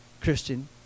Christian